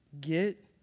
Get